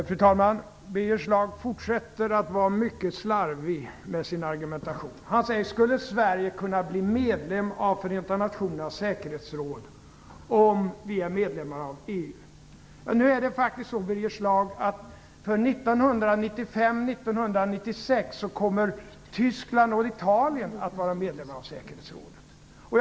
Fru talman! Birger Schlaug fortsätter att vara mycket slarvig med sin argumentation. Han säger: Skulle Sverige kunna bli medlem av Förenta nationernas säkerhetsråd om vi är medlemmar av EU? Nu är det faktiskt så, Birger Schlaug, att för 1995 och 1996 kommer Tyskland och Italien att vara medlemmar av säkerhetsrådet.